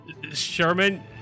Sherman